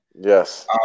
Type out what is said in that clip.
Yes